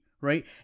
right